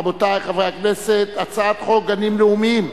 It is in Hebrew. רבותי חברי הכנסת, הצעת חוק גנים לאומיים,